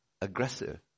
aggressive